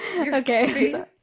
Okay